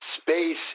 Space